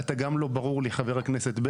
ואתה גם לא ברור לי, חה"כ בגין,